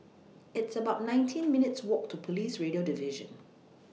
It's about nineteen minutes' Walk to Police Radio Division